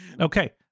Okay